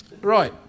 Right